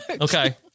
Okay